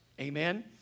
Amen